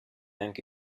anche